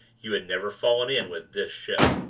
you had never fallen in with this ship.